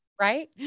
right